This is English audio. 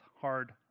hard